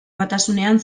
batasunean